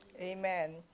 Amen